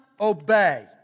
obey